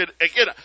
Again